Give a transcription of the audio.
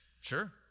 sure